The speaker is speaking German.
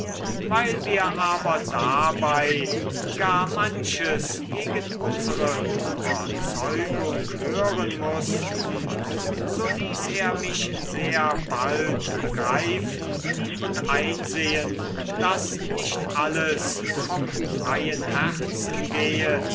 weil wir aber dabei gar manches gegen unsere überzeugung hören mußten so ließ er mich sehr bald begreifen und einsehen daß nicht alles vom freien herzen gehe